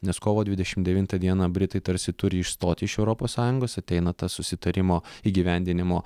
nes kovo dvidešim devintą dieną britai tarsi turi išstot iš europos sąjungos ateina tas susitarimo įgyvendinimo